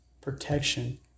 protection